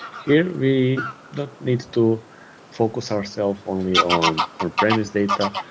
here we don't need to focus ourself only on on-premise data,